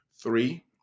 Three